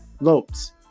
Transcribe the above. Lopes